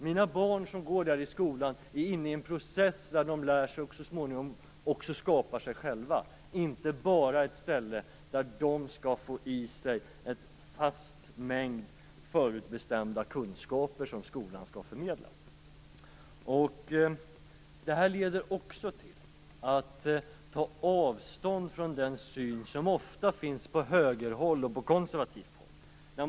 Mina barn, som går i skolan, är inne i en process där de lär sig och så småningom också skapar sig själva. Det är inte bara ett ställe där de skall få i sig en fast mängd förutbestämda kunskaper som skolan skall förmedla. Detta leder också till ett avståndstagande från den syn som ofta finns på högerhåll och på konservativt håll.